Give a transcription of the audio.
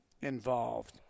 involved